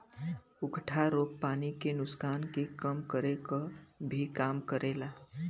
उकठा रोग पानी के नुकसान के कम करे क भी काम करेला